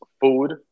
food